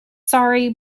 sorry